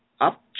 Up